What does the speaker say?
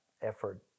effort